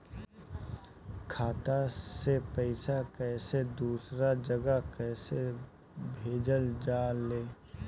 खाता से पैसा कैसे दूसरा जगह कैसे भेजल जा ले?